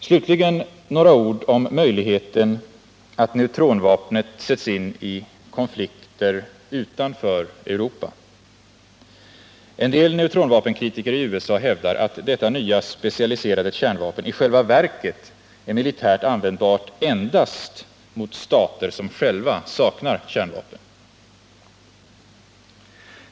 Slutligen några ord om möjligheten att neutronvapen sätts in vid konflikter utanför Europa. En del neutronvapenkritiker i USA hävdar att detta nya specialiserade kärnvapen i själva verket är militärt användbart endast mot stater som själva saknar kärnvapen.